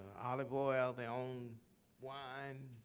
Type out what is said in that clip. olive oil, their own wine.